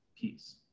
piece